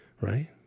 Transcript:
right